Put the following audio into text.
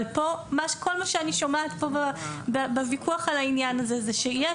כל מה שאני שומעת פה בוויכוח על העניין הזה זה שיש